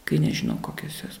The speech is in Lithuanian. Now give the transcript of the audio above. kai nežinau kokios jos